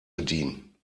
bedienen